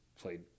played